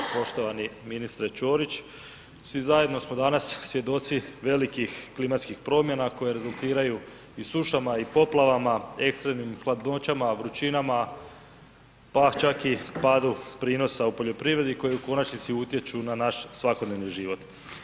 Poštovani ministre Ćorić, svi zajedno smo danas svjedoci velikih klimatskih promjena koje rezultiraju i sušama i poplavama, ekstremnim hladnoćama, vrućinama, pa čak i padu prinosa u poljoprivredi koji u konačnici utječu na naš svakodnevni život.